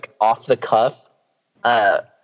off-the-cuff